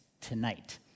tonight